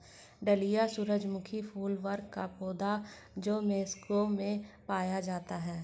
dahlia सूरजमुखी फूल वर्ग का पौधा है जो मेक्सिको में पाया जाता है